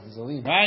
Right